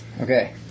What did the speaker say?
Okay